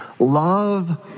Love